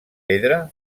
pedra